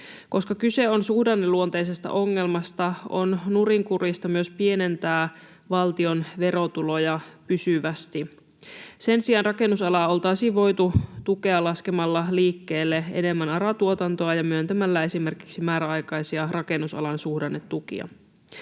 Koska kyse on suhdanneluonteisesta ongelmasta, on nurinkurista myös pienentää valtion verotuloja pysyvästi. Sen sijaan rakennusalaa oltaisiin voitu tukea laskemalla liikkeelle enemmän ARA-tuotantoa ja myöntämällä esimerkiksi määräaikaisia rakennusalan suhdannetukia.